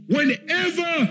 Whenever